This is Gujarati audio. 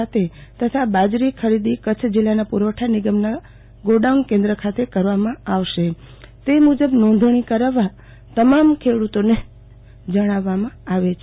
ખાતે તથા બાજરી ખરીદી કચ્છ જિલ્લાના પુરવઠા નિગમના ગોડાઉન કેન્દ્રો ખાતે કરવામાં આવશે તે મુજબ નોંધણી કરાવવા તમામ ખેડૂતોને જણાવાયું છે